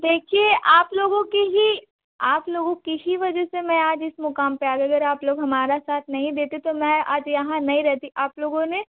देखिए आप लोगों के ही आप लोगों की ही वजह से मैं आज इस मुक़ाम पर आ गई अगर आप लोग हमारा साथ नहीं देते तो मैं आज यहाँ नहीं रहती आप लोगों ने